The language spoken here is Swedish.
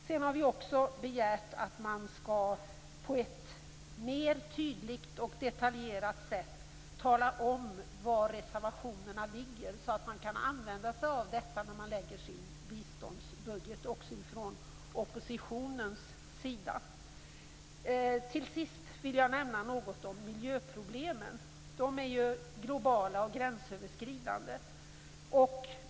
Vi har också begärt att man på ett mer tydligt och detaljerat sätt skall tala om var reservationerna ligger, så att man också från oppositionens sida kan använda sig av dessa när man lägger fram sin biståndsbudget. Jag vill till sist nämna något om miljöproblemen, som ju är globala och gränsöverskridande.